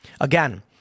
Again